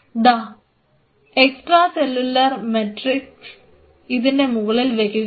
the extracellular matrix ഇതിൻറെ മുകളിൽ വയ്ക്കുകയാണ്